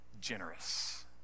generous